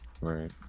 Right